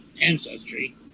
ancestry